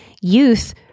youth